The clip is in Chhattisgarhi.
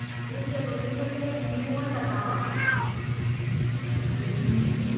ऋण जरूरी होथे या नहीं होवाए बतावव?